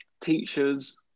teachers